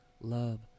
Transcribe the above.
love